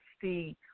see